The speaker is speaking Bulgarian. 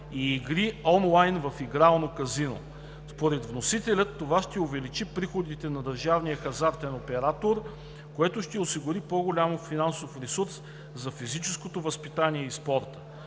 и игри онлайн в игрално казино. Според вносителя това ще увеличи приходите на държавния хазартен оператор, което ще осигури по-голям финансов ресурс за физическото възпитание и спорта.